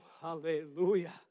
hallelujah